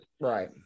right